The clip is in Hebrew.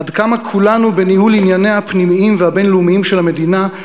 עד כמה כולנו בניהול ענייניה הפנימיים והבין-לאומיים של המדינה,